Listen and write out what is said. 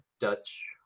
Dutch